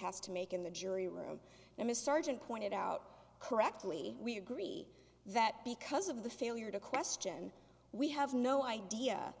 has to make in the jury room and mr argent pointed out correctly we agree that because of the failure to question we have no idea